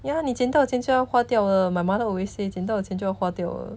ya 你捡到钱就要花掉的 my mother always say 捡到钱就要花掉的